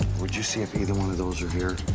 would you see if either one of those are here.